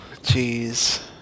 jeez